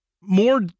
more